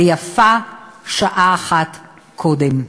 ויפה שעה אחת קודם.